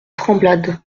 tremblade